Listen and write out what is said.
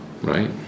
right